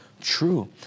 True